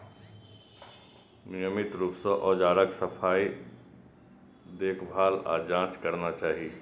नियमित रूप सं औजारक सफाई, देखभाल आ जांच करना चाही